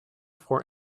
for